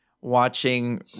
watching